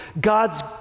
God's